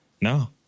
No